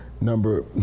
number